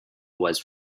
was